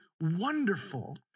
wonderful